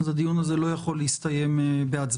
לכן הדיון היום לא יכול להסתיים בהצבעה.